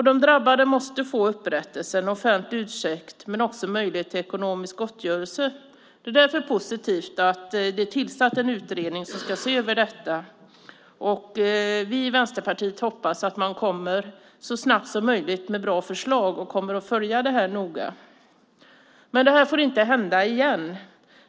De drabbade måste få upprättelse och en offentlig ursäkt men också möjlighet till ekonomisk gottgörelse. Det är därför positivt att en utredning är tillsatt för att se över detta. Vi i Vänsterpartiet hoppas att man så snabbt som möjligt kommer med bra förslag och noga följer detta. Men sådant här får inte hända igen!